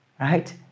Right